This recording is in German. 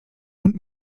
und